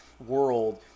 world